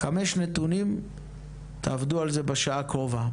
חמש נתונים תעבדו על זה בשעה הקרובה.